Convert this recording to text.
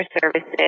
services